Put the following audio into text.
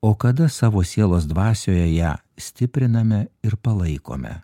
o kada savo sielos dvasioje ją stipriname ir palaikome